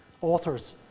authors